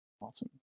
Awesome